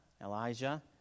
Elijah